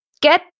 get